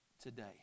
today